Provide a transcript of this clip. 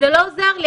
-- זה לא עוזר לי.